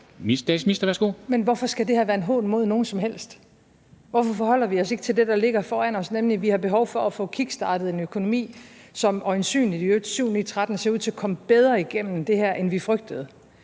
hvorfor skal det her være en hån mod nogen som helst? Hvorfor forholder vi os ikke til det, der ligger foran os, nemlig det, at vi har behov for at få kickstartet en økonomi, som i øvrigt øjensynligt – syv-ni-tretten – ser ud til at komme bedre igennem det her, end vi frygtede?